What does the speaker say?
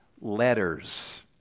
letters